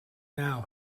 now